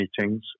meetings